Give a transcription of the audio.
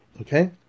Okay